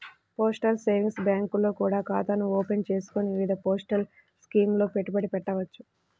postal savings బ్యాంకుల్లో కూడా ఖాతాను ఓపెన్ చేసుకొని వివిధ పోస్టల్ స్కీముల్లో పెట్టుబడి పెట్టవచ్చు